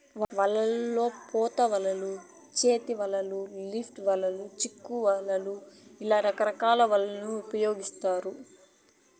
వలల్లో పోత వలలు, చేతి వలలు, లిఫ్ట్ వలలు, చిక్కు వలలు ఇలా రకరకాల వలలను ఉపయోగిత్తారు